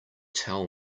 tell